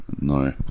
No